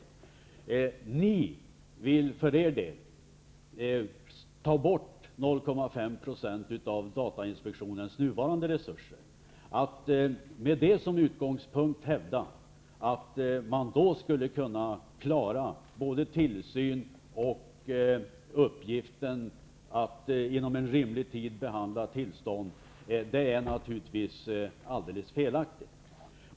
Ni vill för er del ta bort 0,5 % av datainspektionens nuvarande resurser. Att med det som utgångspunkt hävda att man skulle kunna klara både tillsyn och att inom en rimlig tid behandla ansökningar om tillstånd är alldeles felaktigt.